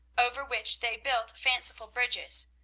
over which they built fanciful bridges.